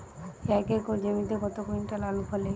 এক একর জমিতে কত কুইন্টাল আলু ফলে?